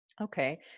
Okay